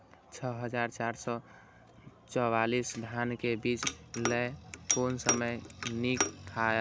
छः हजार चार सौ चव्वालीस धान के बीज लय कोन समय निक हायत?